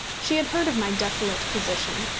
she had heard of my desolate position,